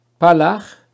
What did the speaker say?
Palach